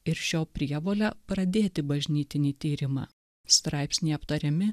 ir šio prievolę pradėti bažnytinį tyrimą straipsnyje aptariami